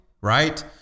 right